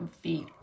feet